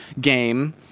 game